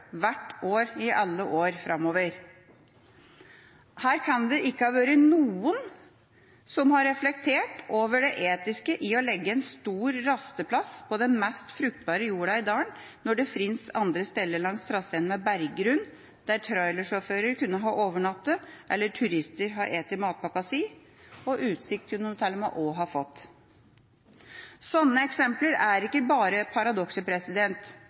hvert år i alle år framover. Her kan det ikke ha vært noen som har reflektert over det etiske i å legge en stor rasteplass på den mest fruktbare jorda i dalen når det finnes andre steder langs traseen med berggrunn der trailersjåfører kunne ha overnattet eller turister spist matpakken sin – utsikt kunne de også fått. Slike eksempler er ikke bare paradokser.